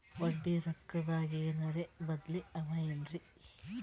ಬಡ್ಡಿ ರೊಕ್ಕದಾಗೇನರ ಬದ್ಲೀ ಅವೇನ್ರಿ?